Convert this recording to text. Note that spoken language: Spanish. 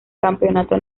campeonato